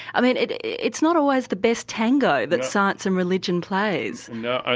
um and it's not always the best tango that science and religion plays. no,